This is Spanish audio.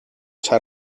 esa